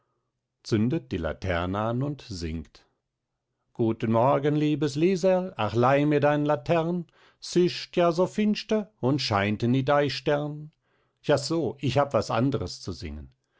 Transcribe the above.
zündet die laterne an und singt guten morgen liebes lieserl ach leih mir dein latern s ischt ja so finschter und scheint nit ai schtern ja so ich hab was anders zu singen